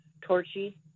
torchy